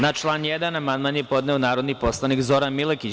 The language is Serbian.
Na član 1. amandman je podneo narodni poslanik Zoran Milekić.